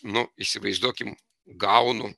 na įsivaizduokim gaunu